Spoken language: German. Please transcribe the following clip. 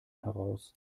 heraus